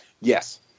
Yes